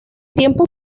tiempos